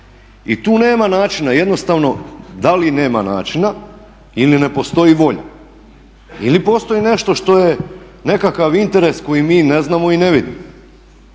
I tu nema načina jednostavno da li nema načina ili ne postoji volja ili postoji nešto što je nekakav interes koji mi ne znamo i ne vidimo.